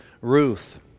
Ruth